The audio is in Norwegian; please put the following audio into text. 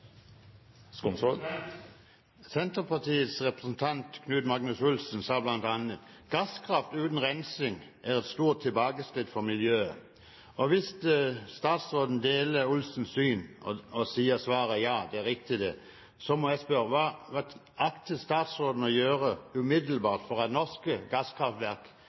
Senterpartiets representant Knut Magnus Olsen sa bl.a. at gasskraft uten rensing er et stort tilbakeskritt for miljøet. Hvis statsråden deler Olsens syn og sier at svaret er ja, det er riktig, må jeg spørre: Hva akter statsråden å gjøre umiddelbart for at norske gasskraftverk